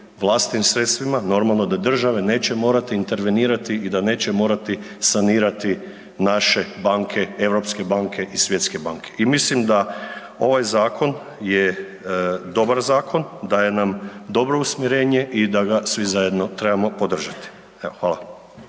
vlastitim sredstvima, normalno da države neće morati intervenirati i da neće morati sanirati naše banke, europske banke i svjetske banke. I mislim da ovaj zakon je dobar zakon, daje nam dobro usmjerenje i da ga svi zajedno trebamo podržati. Hvala.